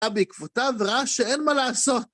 בעקבותיו רע שאין מה לעשות.